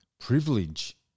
privilege